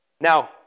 Now